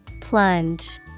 Plunge